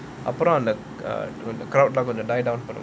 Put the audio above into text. அப்புறம் அந்த:appuram antha die down பண்ணலாம்:pannalaam